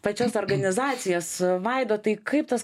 pačias organizacijas vaidotai kaip tas